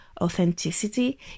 authenticity